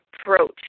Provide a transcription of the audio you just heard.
approach